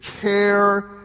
care